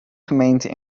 gemeente